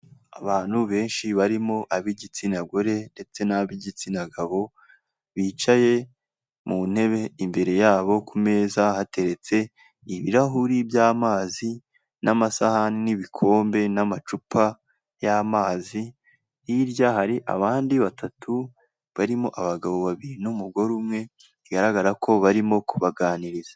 Abantu benshi barimo ab'igitsina gore ndetse nab'igitsina gabo bicaye mu ntebe imbere yabo ku meza hateretse ibirahuri by'amazi n'amasahani n'ibikombe n'amacupa y'amazi hirya hari abandi batatu barimo abagabo babiri n'umugore umwe bigaragara ko barimo kubaganiriza.